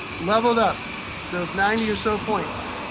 leveled up those ninety or so points.